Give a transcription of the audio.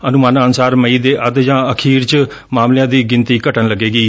ਅਨੁਮਾਨਾਂ ਅਨੁਸਾਰ ਮਈ ਦੇ ਅੱਧ ਜਾਂ ਅਖੀਰ ਚ ਮਾਮਲਿਆਂ ਦੀ ਗਿਣਤੀ ਘਟਣ ਲੱਗੇਗੀ